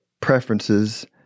preferences